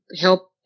help